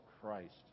Christ